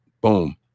Boom